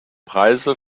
preise